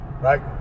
Right